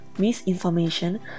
Misinformation